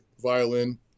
violin